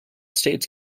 states